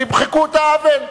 תמחקו את העוול.